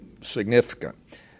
significant